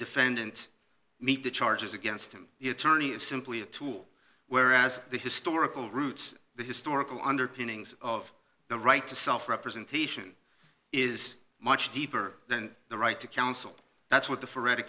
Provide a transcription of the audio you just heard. defendant meet the charges against him the attorney is simply a tool whereas the historical roots the historical underpinnings of the right to self representation is much deeper than the right to counsel that's what the flor